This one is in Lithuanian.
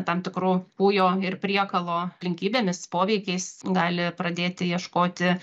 tam tikru kūjo ir priekalo aplinkybėmis poveikiais gali pradėti ieškoti